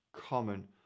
common